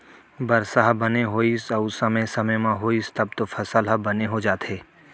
बरसा ह बने होइस अउ समे समे म होइस तब तो फसल ह बने हो जाथे